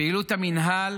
פעילות המינהל